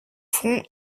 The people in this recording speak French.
front